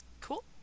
Cool